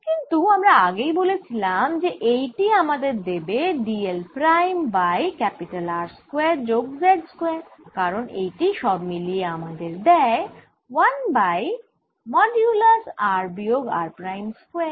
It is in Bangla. কিন্তু আমরা আগেই বলেছিলাম যে এইটি আমাদের দেবে d l prime by R square যোগ z স্কয়ার কারণ এইটি সব মিলিয়ে আমাদের দেয় 1 বাই মডিউলাস r বিয়োগ r প্রাইম স্কয়ার